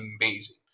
amazing